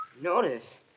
Notice